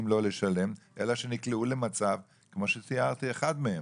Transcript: לא לשלם אלא שנקלעו למצב כמו שתיארתי אחד מהם.